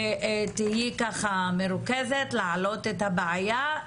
תהיי מרוכזת להעלות את הבעיה.